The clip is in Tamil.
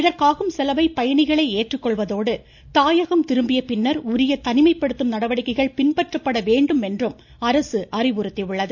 இதற்காகும் செலவை பயணிகளே ஏற்றுக்கொள்வதோடு தாயகம் திரும்பிய பின்னர் உரிய தனிமைப்படுத்தும் நடவடிக்கைகள் பின்பற்றப்பட வேண்டும் என்றும் அரசு அறிவுறுத்தியுள்ளது